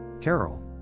Carol